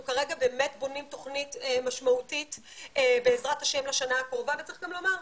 אנחנו כרגע בונים תוכנית משמעותית בעזרת ה' לשנה הקרובה וצריך גם לומר,